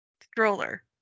Stroller